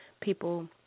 people